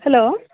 hello